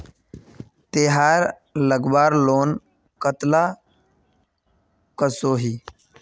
तेहार लगवार लोन कतला कसोही?